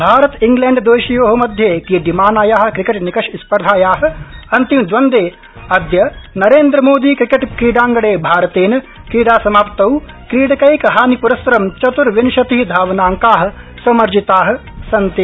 Bharata England देशयो मध्ये क्रीड्यमानाया क्रिकेट् निकषस्पर्धाया अन्तिमद्वन्दवे अद्य नरेन्द्र मोदी क्रिकेट क्रीडांगणे भारतेन क्रीडासमाप्तौ क्रीडकैकहानिपुरस्सरं चत्र्विशति धावनांका समर्जिता सन्ति